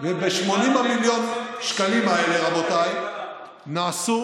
וב-80 מיליון השקלים האלה, רבותיי, נעשו